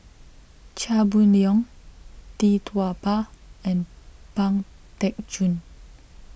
Chia Boon Leong Tee Tua Ba and Pang Teck Joon